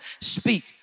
speak